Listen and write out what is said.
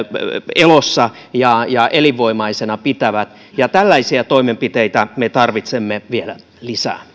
elossa ja ja elinvoimaisena pitävät ja tällaisia toimenpiteitä me tarvitsemme vielä lisää